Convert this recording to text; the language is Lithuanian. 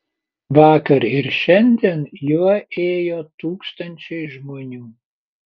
vakar ir šiandien juo ėjo tūkstančiai žmonių